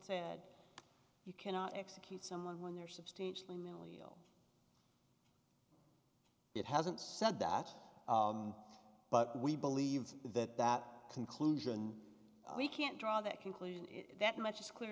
said you cannot execute someone when they're substantially mentally ill it hasn't said that but we believe that that conclusion we can't draw that conclusion is that much is clear